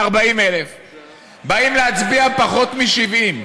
140,000. באים להצביע פחות מ-70.